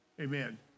Amen